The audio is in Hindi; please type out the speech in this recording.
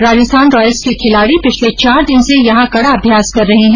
राजस्थान रॉयल्स के खिलाडी पिछले चार दिन से यहां कड़ा अभ्यास कर रहे है